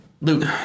Luke